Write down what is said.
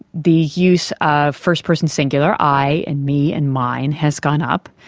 the use of first-person singular, i and me and mine, has gone up.